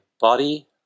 body